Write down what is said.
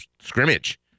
scrimmage